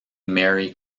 marie